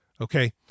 Okay